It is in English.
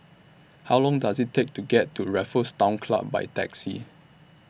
How Long Does IT Take to get to Raffles Town Club By Taxi